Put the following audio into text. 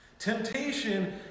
Temptation